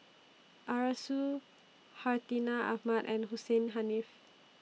Arasu Hartinah Ahmad and Hussein Haniff